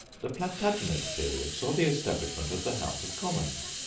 the plantagenet period saw the establishment of the house of commons,